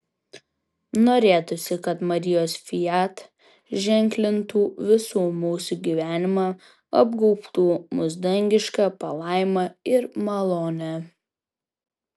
norėtųsi kad marijos fiat ženklintų visų mūsų gyvenimą apgaubtų mus dangiška palaima ir malone